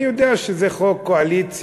אני יודע שזה חוק קואליציה,